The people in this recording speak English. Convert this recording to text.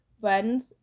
friends